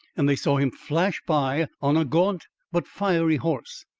and they saw him flash by on a gaunt but fiery horse,